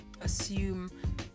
assume